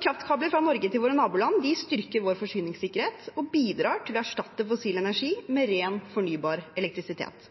Kraftkabler fra Norge til våre naboland styrker vår forsyningssikkerhet og bidrar til å erstatte fossil energi med ren, fornybar elektrisitet.